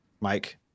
Mike